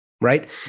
Right